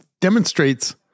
demonstrates